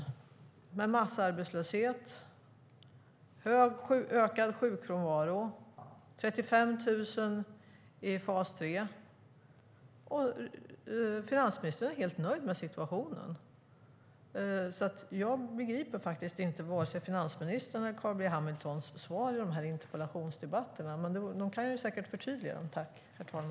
Vi har massarbetslöshet, en ökad sjukfrånvaro och 35 000 i fas 3, och finansministern är helt nöjd med situationen. Jag begriper faktiskt inte vare sig finansministerns eller Carl B Hamiltons svar i de här interpellationsdebatterna, men de kan säkert förtydliga dem.